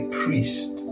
priest